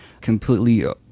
completely